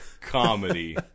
comedy